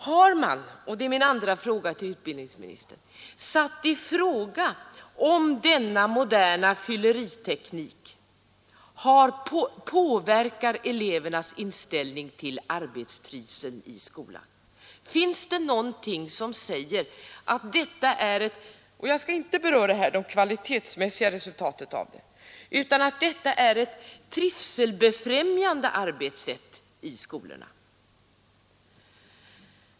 Har man — och det är min andra fråga till utbildningsministern — satt i fråga om denna moderna ”fylleriteknik” påverkar elevernas inställning till arbetstrivseln i skolan? Finns det någonting som säger — och jag skall här inte beröra det kvalitetsmässiga resultatet — att detta är ett trivselbefrämjande arbetssätt i skolorna?